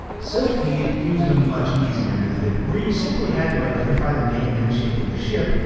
silpheed used a much easier method, where you simply had to identify the name and shape of a ship,